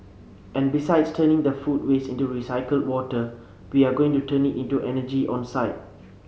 and besides turning the food waste into recycled water we are going to turn it into energy on site